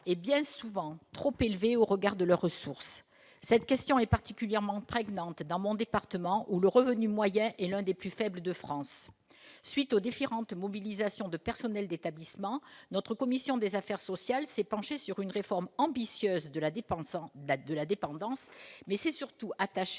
est bien souvent trop élevé au regard de leurs ressources. Cette question est particulièrement prégnante dans mon département, où le revenu moyen est l'un des plus faibles de France. À la suite des différentes mobilisations de personnels d'établissements, notre commission des affaires sociales s'est penchée sur une réforme ambitieuse de la dépendance, mais s'est surtout attachée